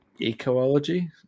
Ecology